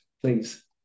please